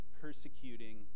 persecuting